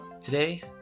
Today